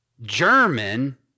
German